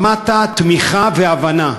שמעת תמיכה והבנה.